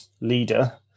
leader